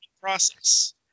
process